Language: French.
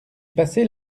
passé